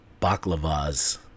baklavas